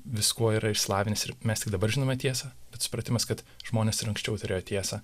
viskuo yra išsilavinęs ir mes tik dabar žinome tiesą bet supratimas kad žmonės ir anksčiau turėjo tiesą